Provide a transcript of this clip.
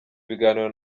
ibiganiro